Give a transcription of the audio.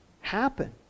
happen